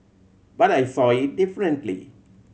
but I saw it differently